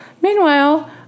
Meanwhile